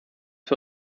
für